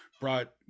brought